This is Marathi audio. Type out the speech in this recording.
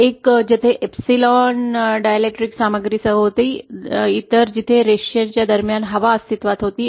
एक जेथे 𝝴1 सह एक डायलेक्ट्रिक सामग्री होती इतर जिथे रेषा दरम्यान हवा अस्तित्वात होती